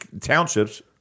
township's